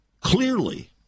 clearly